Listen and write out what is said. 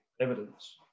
evidence